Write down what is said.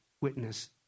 witness